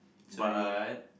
but